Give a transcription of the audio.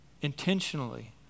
intentionally